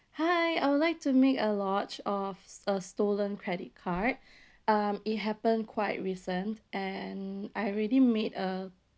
hi I'd like to make a lodge of a stolen credit card um it happened quite recent and I already made a